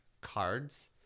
cards